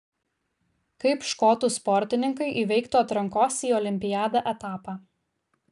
kaip škotų sportininkai įveiktų atrankos į olimpiadą etapą